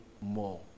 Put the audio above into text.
more